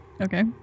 Okay